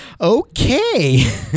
Okay